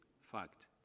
fact